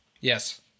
yes